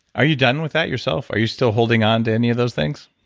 are you done with that yourself? are you still holding on to any of those things?